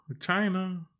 China